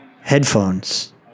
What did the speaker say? Headphones